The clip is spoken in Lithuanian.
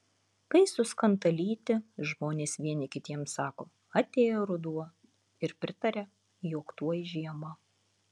kai suskanta lyti žmonės vieni kitiems sako atėjo ruduo ir pritaria jog tuoj žiema